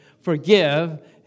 Forgive